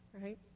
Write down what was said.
right